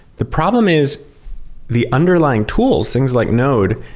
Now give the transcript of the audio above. the problem is the underlying tools, things like node,